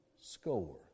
score